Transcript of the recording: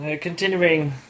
continuing